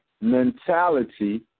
mentality